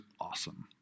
awesome